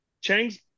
Chang's